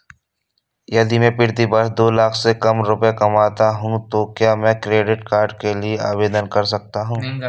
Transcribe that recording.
यदि मैं प्रति वर्ष दो लाख से कम कमाता हूँ तो क्या मैं क्रेडिट कार्ड के लिए आवेदन कर सकता हूँ?